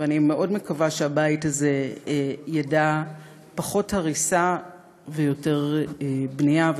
ואני מאוד מקווה שהבית הזה ידע פחות הריסה ויותר בנייה.